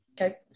okay